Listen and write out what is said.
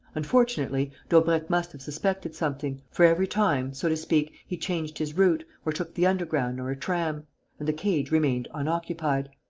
unfortunately, daubrecq must have suspected something, for every time, so to speak, he changed his route, or took the underground or a tram and the cage remained unoccupied.